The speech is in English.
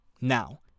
Now